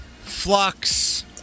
flux